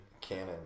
canon